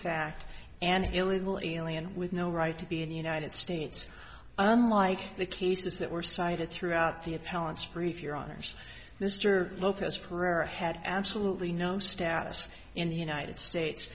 fact an illegal alien with no right to be in the united states unlike the cases that were cited throughout the appellant's brief your honour's mr lopez pereira had absolutely no status in the united states